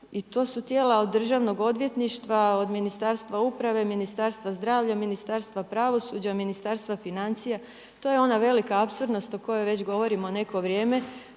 i to su tijela od državnog odvjetništva, od Ministarstva uprave, Ministarstva zdravlja, Ministarstva pravosuđa, Ministarstva financija, to je ona velika apsurdnost o kojoj već govorimo neko vrijeme